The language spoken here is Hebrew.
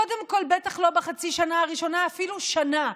קודם כול, בטח לא בחצי שנה הראשונה, אפילו שנה.